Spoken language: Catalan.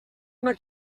una